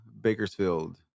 Bakersfield